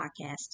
podcast